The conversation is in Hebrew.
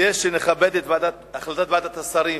כדי שנכבד את החלטת ועדת השרים,